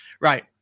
Right